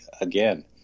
again